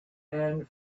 and